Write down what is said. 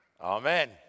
Amen